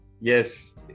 yes